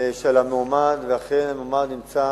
של המועמד, ואכן המועמד נמצא